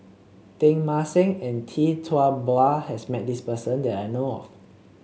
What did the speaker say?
Teng Mah Seng and Tee Tua Ba has met this person that I know of